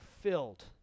filled